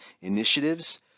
initiatives